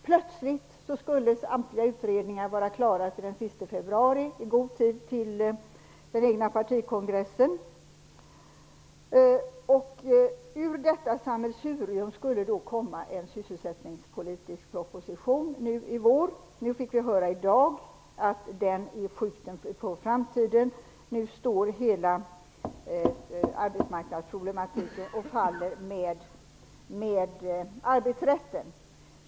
Plötsligt skulle samtliga utredningar vara klara till den sista februari - i god tid före den egna partikongressen. Ur detta sammelsurium skulle det nu i vår komma en sysselsättningspolitisk proposition. I dag har vi fått höra att den är skjuten på framtiden. Hela arbetsmarknadsproblematiken står nu och faller med arbetsrätten.